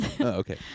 okay